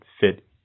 fit